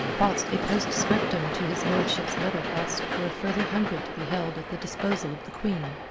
whilst a postscriptum to his lordship's letter asked for a further hundred to be held at the disposal of the queen.